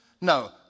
No